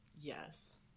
yes